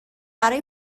برای